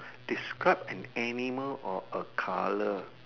describe an animal or a colour